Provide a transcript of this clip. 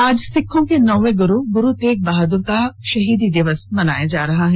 आज सिखों के नौवें गुरु गुरु तेग बहादुर का शहीदी दिवस मनाया जा रहा है